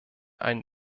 ein